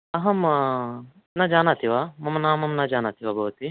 अहं न जानाति वा मम नामं न जानाति वा भवति